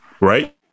Right